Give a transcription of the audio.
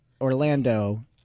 Orlando